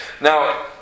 Now